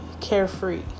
carefree